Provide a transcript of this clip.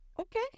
Okay